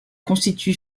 constitue